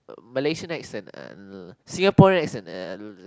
Malaysian accent Singaporean accent